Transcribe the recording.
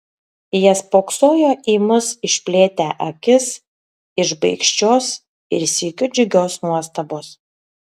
jie spoksojo į mus išplėtę akis iš baikščios ir sykiu džiugios nuostabos